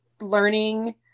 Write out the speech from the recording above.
learning